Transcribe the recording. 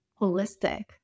holistic